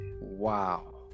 Wow